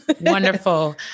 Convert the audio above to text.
wonderful